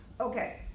Okay